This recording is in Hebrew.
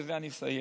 ובזה אני אסיים.